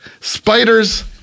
spiders